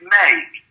make